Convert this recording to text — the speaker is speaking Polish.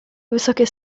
wysokie